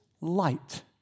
light